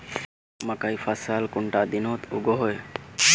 मकई फसल कुंडा दिनोत उगैहे?